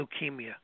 leukemia